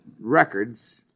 records